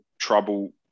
trouble